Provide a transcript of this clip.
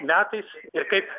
metais ir kaip